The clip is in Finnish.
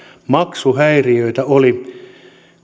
maksuhäiriöitä oli